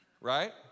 Right